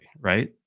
right